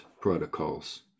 protocols